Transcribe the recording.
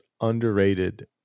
underrated